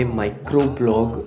microblog